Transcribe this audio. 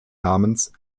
namens